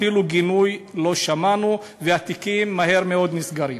אפילו גינוי לא שמענו, והתיקים מהר מאוד נסגרים.